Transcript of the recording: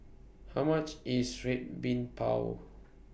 How much IS Red Bean Bao